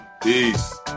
Peace